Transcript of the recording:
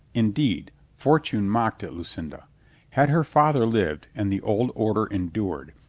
indeed, fortune mocked at lucinda had her father lived and the old order endured,